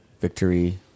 Victory